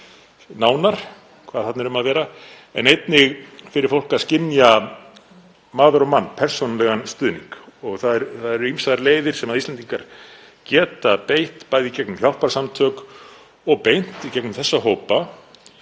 nánar hvað þarna er um að vera, en einnig fyrir fólk til að skynja, maður á mann, persónulegan stuðning. Það eru ýmsar leiðir sem Íslendingar geta farið, bæði í gegnum hjálparsamtök og beint í gegnum þessa hópa